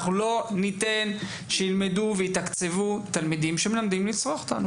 אנחנו לא ניתן תקציבים לבתי ספר שמלמדים ילדים לרצוח אותנו.